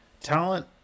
talent